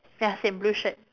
ya same blue shirt